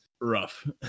rough